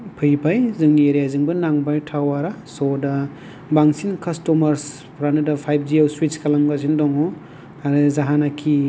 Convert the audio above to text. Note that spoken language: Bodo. फैबाय जोंनि एरियाजोंबो नांबाय टावार आ स' दा बांसिन कास्टमारस फोरानो दा फाइभजि आव सुइस्ट खालामगासिनो दङ आरो जायहानोखि